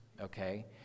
okay